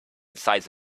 size